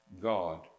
God